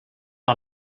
par